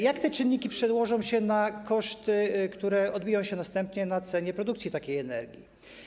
Jak te czynniki przełożą się na koszty, które odbiją się następnie na cenie produkcji takiej energii?